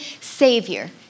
Savior